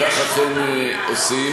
וכך אכן עושים.